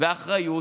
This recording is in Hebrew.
באחריות